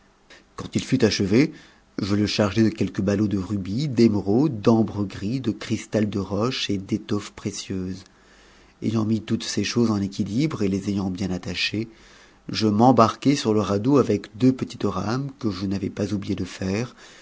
quand il fut achevé je le chargeai de quelques ballots de rubis d'émeraudes j'ambre gris de cristal de roche et d'étoûes précieuses ayant mis toutes ces choses en équilibre et les ayant bien attachées je m'embarquai sur je radeau avec deux petites rames que je n'avais pas oublié de faire